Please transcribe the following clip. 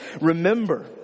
Remember